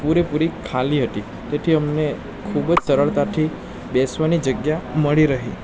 પૂરેપૂરી ખાલી હતી તેથી અમને ખૂબ જ સરળતાથી બેસવાની જગ્યા મળી રહી